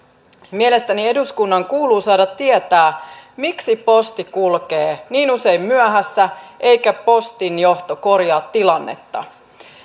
mielestäni eduskunnan kuuluu saada tietää miksi posti kulkee niin usein myöhässä eikä postin johto korjaa tilannetta